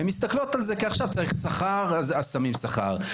הן מסתכלות על כך שכאשר צריך שכר אז שמים שכר,